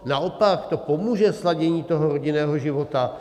Naopak, to pomůže sladění rodinného života.